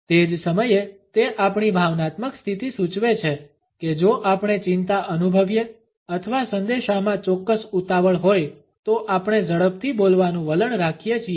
તે જ સમયે તે આપણી ભાવનાત્મક સ્થિતિ સૂચવે છે કે જો આપણે ચિંતા અનુભવીએ અથવા સંદેશામાં ચોક્કસ ઉતાવળ હોય તો આપણે ઝડપથી બોલવાનું વલણ રાખીએ છીએ